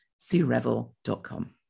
SueRevel.com